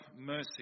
mercy